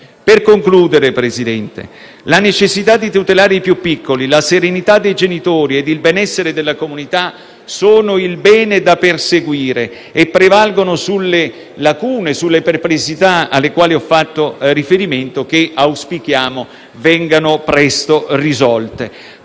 Per concludere, signor Presidente, la necessità di tutelare i più piccoli, la serenità dei genitori e il benessere della comunità sono il bene da perseguire e prevalgono sulle lacune e sulle perplessità alle quali ho fatto riferimento, che auspichiamo vengano presto risolte.